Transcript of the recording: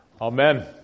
amen